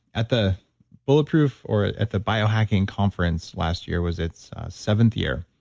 at the bulletproof or ah at the bio hacking conference last year was its seventh year.